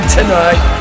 tonight